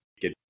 get